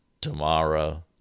tomorrow